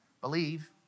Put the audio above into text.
believe